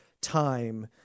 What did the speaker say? time